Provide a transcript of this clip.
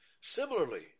Similarly